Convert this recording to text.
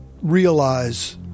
realize